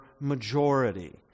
majority